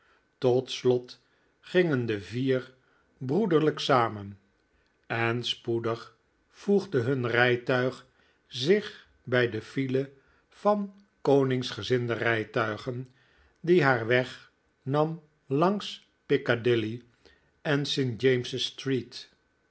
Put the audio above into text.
tot slot gingen de vier broederlijk samen en spoedig voegde hun rijtuig zich bij de file van koningsgezinde rijtuigen die haar weg nam langs piccadilly en st james's street